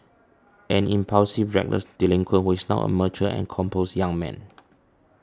an impulsive reckless delinquent who is now a mature and composed young man